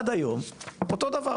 מאז ועד היום הכול אותו דבר